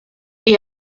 est